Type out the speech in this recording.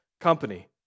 company